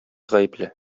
гаепле